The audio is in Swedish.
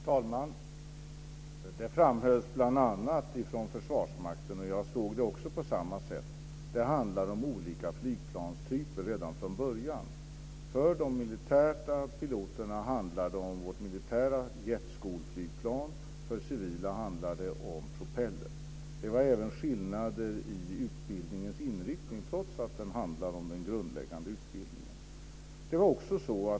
Herr talman! Det framhölls bl.a. från Försvarsmakten - jag såg det på samma sätt - att det handlar om olika flygplanstyper redan från början. För de militära piloterna handlar det om vårt militära jetskolflygplan. För de civila piloterna handlar det om propellerplan. Det var även skillnader i utbildningens inriktning, trots att det handlar om den grundläggande utbildningen.